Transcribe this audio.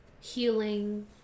healing